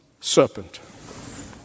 serpent